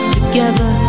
Together